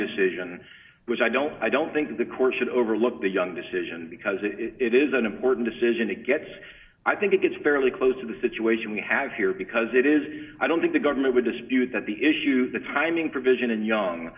decision which i don't i don't think the court should overlook the young decision because if it is an important decision it gets i think it's fairly close to the situation we have here because it is i don't think the government would dispute that the issue the timing provision in young